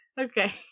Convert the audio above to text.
Okay